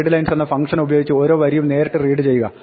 readlines എന്ന function ഉപയോഗിച്ച് ഓരോ വരിയും നേരിട്ട് റീഡ് ചെയ്യുക